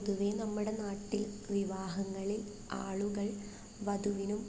പൊതുവെ നമ്മടെ നാട്ടിൽ വിവാഹങ്ങളിൽ ആളുകൾ വധുവിനും